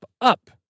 up